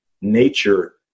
nature